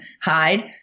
hide